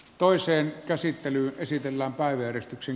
toiseen käsittelyyn esitellä päivystyksen